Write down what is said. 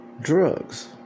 Drugs